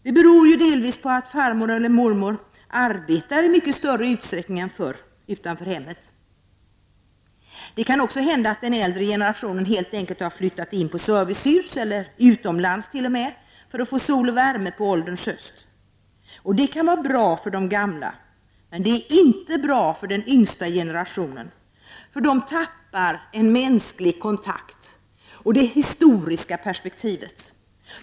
Det beror delvis på att farmor eller mormor arbetar i mycket större utsträckning än förut utanför hemmet. Det kan också hända att den äldre generationen helt enkelt har flyttat in på servicehus, t.o.m. utomlands för att få sol och värme på ålderns höst. Det kan vara bra för de gamla, men det är inte bra för den yngsta generationen. Den tappar en mänsklig kontakt och det historiska perspektivet.